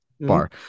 bar